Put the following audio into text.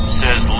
says